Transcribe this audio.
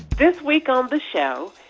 this week on the show,